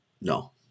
No